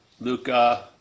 Luca